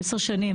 10 שנים,